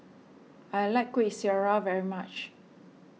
I like Kuih Syara very much